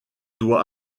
doit